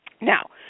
Now